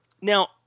now